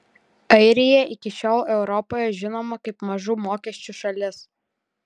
airija iki šiol europoje žinoma kaip mažų mokesčių šalis